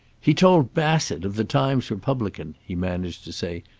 he told bassett, of the times-republican, he managed to say.